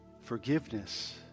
forgiveness